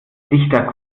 dichter